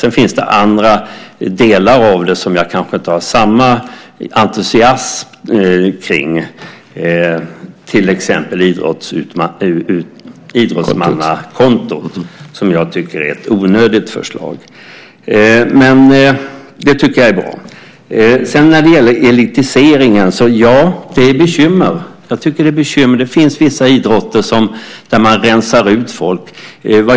Sedan finns det andra delar här som jag kanske inte känner samma entusiasm för. Det gäller då detta med idrottsmannakonton som jag menar är ett onödigt förslag. Annars tycker jag att det är bra. Sedan gäller det elitiseringen. Ja, det där är ett bekymmer. Det finns vissa idrotter där folk rensas ut.